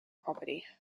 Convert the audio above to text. property